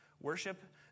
worship